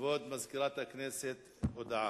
למזכירת הכנסת הודעה.